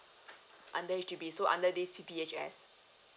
under H_D_B so under this P_P_H_S